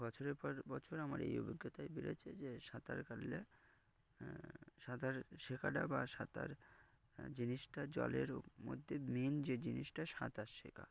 বছরের পর বছর আমার এই অভিজ্ঞতাই বেড়েছে যে সাঁতার কাটলে সাঁতার শেখাটা বা সাঁতার জিনিসটা জলের মধ্যে মেইন যে জিনিসটা সাঁতার শেখা